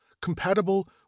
compatible